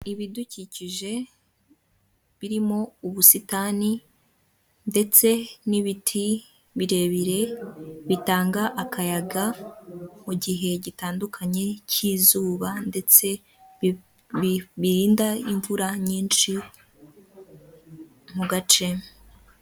Ibidukikije birimo ubusitani ndetse n'ibiti birebire bitanga akayaga mu gihe gitandukanye cy'izuba ndetse birinda imvura nyinshi mu gace.